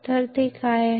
तर ते काय आहे